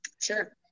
Sure